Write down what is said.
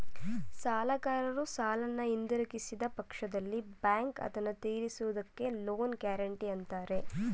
ಸಾಲಗಾರರು ಸಾಲನ ಹಿಂದಿರುಗಿಸಿದ ಪಕ್ಷದಲ್ಲಿ ಬ್ಯಾಂಕ್ ಅದನ್ನು ತಿರಿಸುವುದಕ್ಕೆ ಲೋನ್ ಗ್ಯಾರೆಂಟಿ ಅಂತಾರೆ